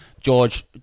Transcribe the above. George